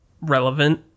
relevant